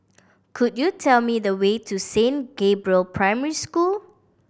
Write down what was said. could you tell me the way to Saint Gabriel Primary School